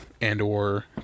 and/or